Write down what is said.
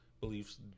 beliefs